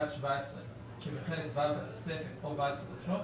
17 שבחלק ו' בתוספת או בעד חידושו,